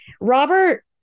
Robert